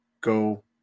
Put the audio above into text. go